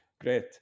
Great